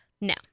No